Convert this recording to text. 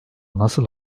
nasıl